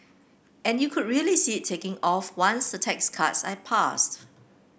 and you could really see it taking off once a tax cuts are passed